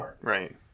right